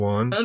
One